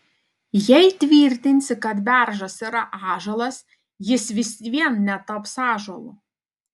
jei tvirtinsi kad beržas yra ąžuolas jis vis vien netaps ąžuolu